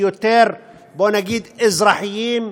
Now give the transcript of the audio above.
בוא נגיד אזרחיים,